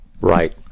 Right